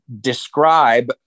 describe